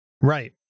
right